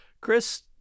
Chris